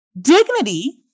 Dignity